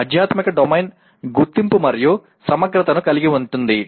ఆధ్యాత్మిక డొమైన్ గుర్తింపు మరియు సమగ్రతని కలిగి ఉంటుంది